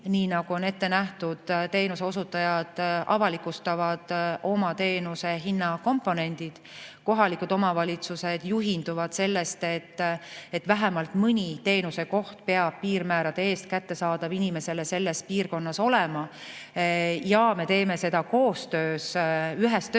nii nagu on ette nähtud – teenuseosutajad avalikustavad oma teenuse hinna komponendid ja kohalikud omavalitsused juhinduvad sellest, et vähemalt mõni teenusekoht peab piirmäära eest inimesele selles piirkonnas kättesaadav olema ning me teeme seda koostöös, ühes töörühmas